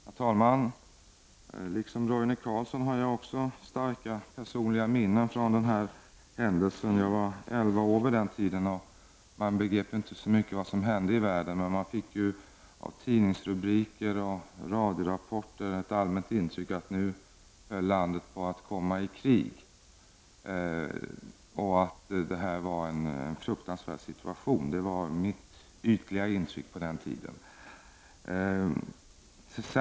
Herr talman! I likhet med Roine Carlsson har jag starka personliga minnen från den händelsen. Jag var elva år och begrep inte så mycket av vad som hände i världen. Men av tidningsrubriker och radiorapporter fick man ett allmänt intryck av att landet höll på att komma i krig och att Catalinaaffären var en fruktansvärd händelse. Det var mitt ytliga intryck på den tiden.